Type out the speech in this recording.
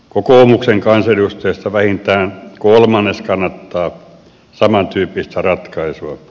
kokoomuksen kansanedustajista vähintään kolmannes kannattaa samantyyppistä ratkaisua